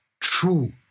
true